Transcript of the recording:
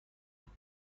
کادو